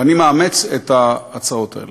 ואני מאמץ את ההצעות האלה.